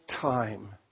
time